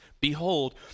Behold